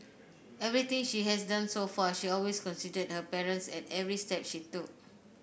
everything she has done so far she always considered her parents at every step she took